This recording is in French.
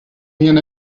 rien